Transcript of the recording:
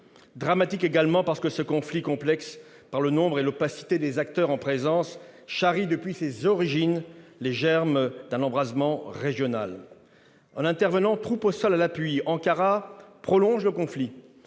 l'est également parce que ce conflit, complexe du fait du nombre et de l'opacité des acteurs en présence, charrie depuis ses origines les germes d'un embrasement régional. En intervenant, troupes au sol à l'appui, Ankara prolonge le conflit